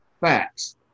facts